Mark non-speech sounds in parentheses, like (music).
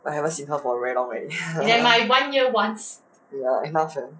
I haven't seen her for very long already (laughs) ya enough eh